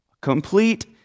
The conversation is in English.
Complete